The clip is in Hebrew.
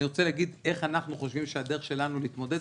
אני רוצה להגיד איך אנחנו חושבים הדרך שלנו להתמודד,